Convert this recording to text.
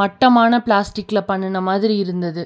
மட்டமான பிளாஸ்டிக்ல பண்ணுன மாதிரி இருந்தது